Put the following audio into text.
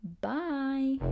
bye